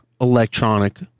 electronic